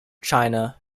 china